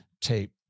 tape